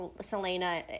selena